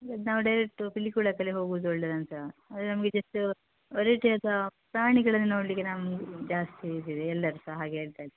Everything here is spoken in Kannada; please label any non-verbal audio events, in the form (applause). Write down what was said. ಅದು ನಾವು ಡೈರೆಕ್ಟು ಪಿಲಿಕುಳ (unintelligible) ಹೋಗೋದು ಒಳ್ಳೆಯದಾ ಅಂತ ಅದು ನಮಗೆ ಜಸ್ಟ ವೆರೈಟಿ ಆದ ಪ್ರಾಣಿಗಳನ್ನು ನೋಡ್ಲಿಕ್ಕೆ ನಮ್ಗೆ ಜಾಸ್ತಿ ಇದು ಇದೆ ಎಲ್ಲರು ಸಹ ಹಾಗೆ ಹೇಳ್ತಾ (unintelligible)